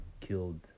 killed